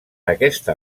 aquesta